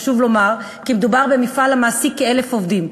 חשוב לומר כי מדובר במפעל המעסיק כ-1,000 עובדים.